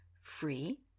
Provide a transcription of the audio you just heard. free